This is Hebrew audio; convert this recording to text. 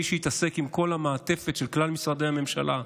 מי שיתעסק עם המעטפת של כלל משרדי הממשלה,